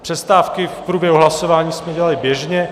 Přestávky v průběhu hlasování jsme dělali běžně.